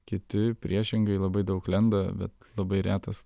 kiti priešingai labai daug lenda bet labai retas